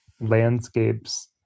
landscapes